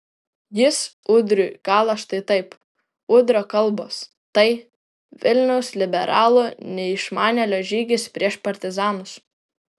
jis udriui kala štai taip udrio kalbos tai vilniaus liberalų neišmanėlio žygis prieš partizanus